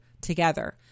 together